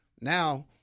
Now